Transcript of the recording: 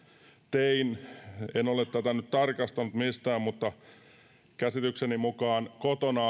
tein en ole tätä nyt tarkastanut mistään mutta käsitykseni mukaan kotona